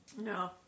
No